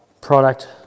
product